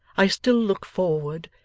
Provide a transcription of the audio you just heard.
i still look forward,